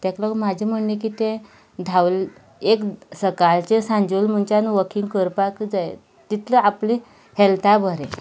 ताका लागून म्हजें म्हणणें कितें धांव एक सकाळचें सांचे वेळार मनशान वॉकिंग करपाकच जाय तितलें आपल्या हेल्ताक बरें